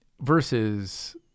Versus